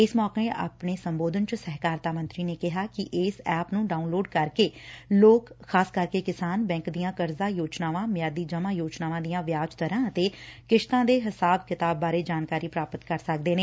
ਇਸ ਮੌਕੇ ਆਪਣੇ ਸੰਬੋਧਨ ਚ ਸਹਿਕਾਰਤਾ ਮੰਤਰੀ ਨੇ ਕਿਹਾ ਕੈ ਇਹ ਐਪ ਨੂੰ ਡਾਉਨਲੋਡ ਕਰਕੇ ਲੋਕ ਖ਼ਾਸ ਕਰਕੇ ਕਿਸਾਨ ਬੈਂਕ ਦੀਆਂ ਕਰਜ਼ਾ ਯੋਜਨਾਵਾਂ ਮਿਆਦੀ ਜਮੁਾਂ ਯੋਜਨਾਵਾਂ ਦੀਆਂ ਵਿਆਜ ਦਰਾਂ ਅਤੇ ਕਿਸਤਾਂ ਦੇ ਹਿਸਾਬ ਕਿਤਾਬ ਬਾਰੇ ਜਾਣਕਾਰੀ ਪ੍ਰਾਪਤ ਕਰ ਸਕਦੇ ਨੇ